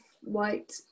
white